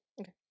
Okay